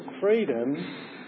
freedom